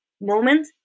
moment